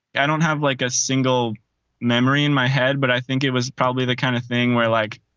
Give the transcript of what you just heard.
i don't have like a single memory in my head, but i think it was probably the kind of thing where like.